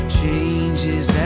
changes